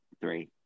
three